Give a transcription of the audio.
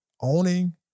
owning